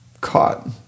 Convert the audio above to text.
caught